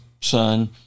son